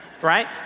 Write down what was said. right